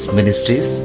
Ministries